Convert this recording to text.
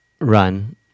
run